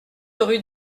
rue